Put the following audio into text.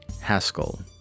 Haskell